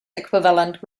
equivalent